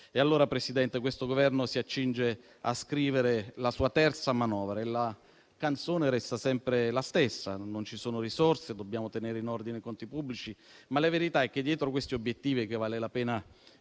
E allora, Presidente, questo Governo si accinge a scrivere la sua terza manovra e la canzone resta sempre la stessa: non ci sono risorse, dobbiamo tenere in ordine i conti pubblici. Ma la verità è che, dietro questi obiettivi che - vale la pena